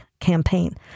campaign